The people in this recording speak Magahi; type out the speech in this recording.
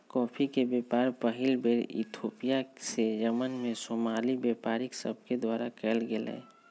कॉफी के व्यापार पहिल बेर इथोपिया से यमन में सोमाली व्यापारि सभके द्वारा कयल गेलइ